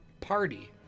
party